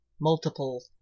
multiple